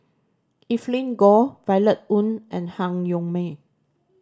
Evelyn Goh Violet Oon and Han Yong May